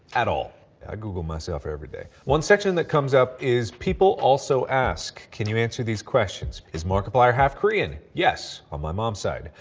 at all. i google myself everyday. one section that comes up is people also ask can you answer these questions. is markiplier half korean? yes, on my moms side.